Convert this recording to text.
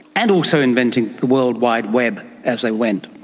and also inventing the world wide web as they went.